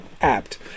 apt